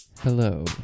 hello